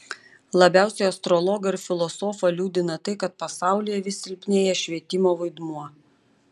labiausiai astrologą ir filosofą liūdina tai kad pasaulyje vis silpnėja švietimo vaidmuo